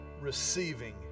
receiving